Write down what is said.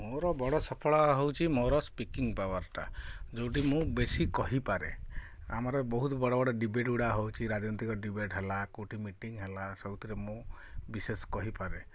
ମୋର ବଡ଼ ସଫଳ ହଉଛି ମୋର ସ୍ପିକିଂ ପାୱରଟା ଯେଉଁଠି ମୁଁ ବେଶି କହିପାରେ ଆମର ବହୁତ ବଡ଼ ବଡ଼ ଡିବେଟ୍ ଗୁଡ଼ା ହଉଛି ରାଜନୀତିର ଡିବେଟ୍ ହେଲା କେଉଁଠି ମିଟିଙ୍ଗ ହେଲା ସବୁଥିରେ ମୁଁ ବିଶେଷ କହିପାରେ